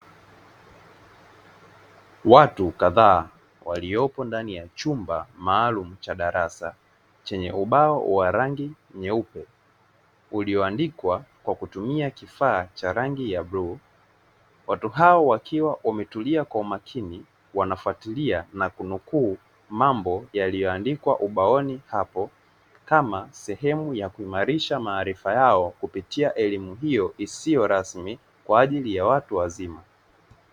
Watu kadhaa, waliopo ndani ya chumba maalumu cha darasa, chenye ubao wa rangi nyeupe. Ulioandikwa kwa kutumia kifaa cha rangi ya bluu. Watu hao wakiwa wametulia kwa umakini, wanafatilia na kunukuu mambo yaliyoandikwa ubaoni hapo. Kama sehemu ya kuimarisha maarifa yao, kupitia elimu hiyo isiyo rasmi, kwa ajili ya watu wazima.